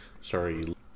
Sorry